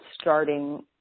starting